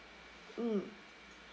mm